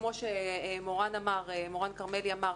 כמו שמורן כרמלי אמר,